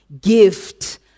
gift